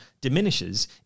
diminishes